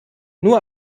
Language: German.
nur